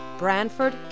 Branford